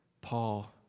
Paul